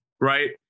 right